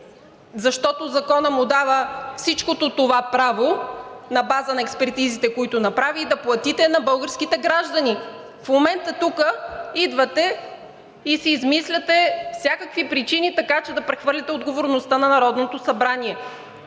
защото закона му дава всичкото това право, на база на експертизите, които направи и да платите на българските граждани. В момента идвате тук и си измисляте всякакви причини, така че да прехвърлите отговорността на Народното събрание.